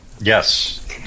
Yes